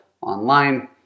online